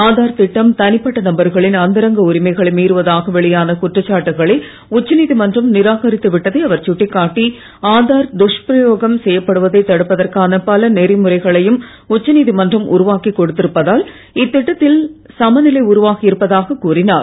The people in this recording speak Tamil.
ஆதார் திட்டம் தனிப்பட்ட நபர்களின் அந்தரங்க உரிமைகளை மீறுவதாக வெளியான குற்றச்சாட்டுகளை உச்சநீதிமன்றம் நிராகரித்துவிட்டதை அவர் சுட்டிக்காட்டி தடுப்பதற்கான பல நெறிமுறைகளையும் உச்சநீதிமன்றம் உருவாக்கி கொடுத்திருப்பதால் இத்திட்டத்தில் சமநிலை உருவாகி இருப்பதாக கூறினார்